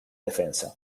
defensa